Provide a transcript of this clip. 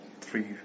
three